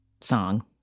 song